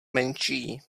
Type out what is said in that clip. menší